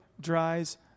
dries